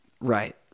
Right